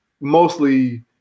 mostly